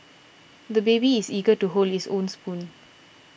the baby is eager to hold his own spoon